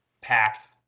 packed